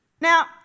Now